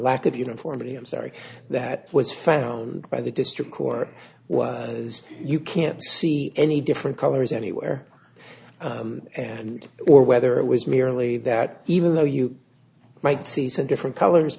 lack of uniformity i'm sorry that was found by the district court as you can't see any different colors anywhere and or whether it was merely that even though you might see some different colors